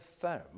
firm